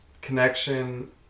connection